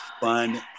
fun